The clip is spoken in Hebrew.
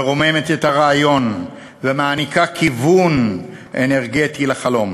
מרוממת את הרעיון ומעניקה כיוון אנרגטי לחלום,